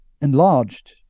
enlarged